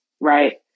right